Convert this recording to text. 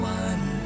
one